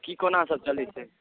की कोना सब चलैत छै